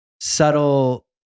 subtle